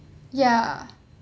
ya